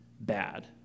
bad